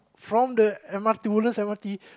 from the M_R_T Woodlands M_R_T